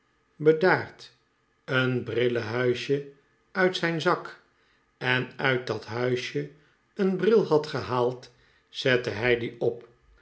een brillehuisje uit zijn zak en uit dat huisje een bril had gehaald zette hij dien op